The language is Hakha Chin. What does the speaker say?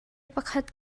pakhat